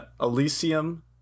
Elysium